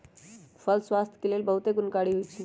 फल स्वास्थ्य के लेल बहुते गुणकारी होइ छइ